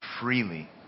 freely